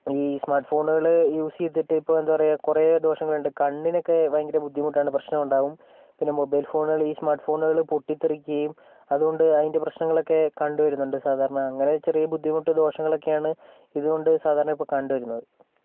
ഈ സ്മാർട്ട്ഫോണുകള് യൂസ് ചെയ്തിട്ടിപ്പോൾ എന്താ പറയുക കുറേ ദോഷങ്ങളുണ്ട് കണ്ണിനൊക്കെ ഭയങ്കര ബുദ്ധിമുട്ടാണ് പ്രശ്നം ഉണ്ടാവും പിന്നെ മൊബൈൽ ഫോണ്കള് ഈ സ്മാർട്ട് ഫോണുകൾ പൊട്ടിത്തെറിക്കുകയും അതുകൊണ്ട് അതിൻ്റെ പ്രശ്നങ്ങളൊക്കെ കണ്ട് വരുന്നുണ്ട് സാധാരണ അങ്ങനെ ചെറിയ ബുദ്ധിമുട്ട് ദോഷങ്ങളൊക്കെയാണ് ഇത് കൊണ്ട് സാധാരണ ഇപ്പോൾ കണ്ടു വരുന്നത്